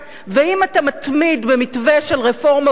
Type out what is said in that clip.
ואם אתה מתמיד במתווה של רפורמה במס